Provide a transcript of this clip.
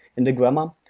in the grammar.